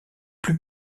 plus